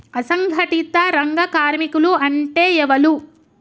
అసంఘటిత రంగ కార్మికులు అంటే ఎవలూ?